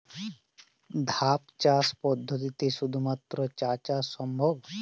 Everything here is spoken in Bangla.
ধাপ চাষ পদ্ধতিতে শুধুমাত্র চা চাষ সম্ভব?